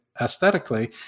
aesthetically